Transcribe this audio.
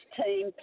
team